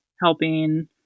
helping